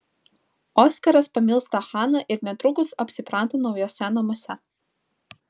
oskaras pamilsta haną ir netrukus apsipranta naujuose namuose